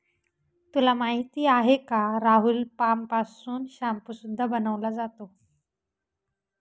तुला माहिती आहे का राहुल? पाम पासून शाम्पू सुद्धा बनवला जातो